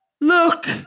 Look